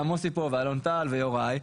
גם מוסי פה ואלון טל ויוראי.